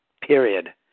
Period